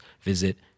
visit